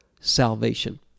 salvation